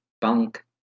Bank